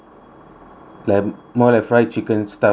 lamb more like fry chicken stuff like that ah